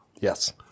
Yes